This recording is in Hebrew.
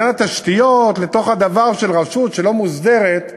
את עניין התשתיות לתוך הדבר הזה של רשות שלא מוסדרת.